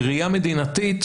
בראייה מדינתית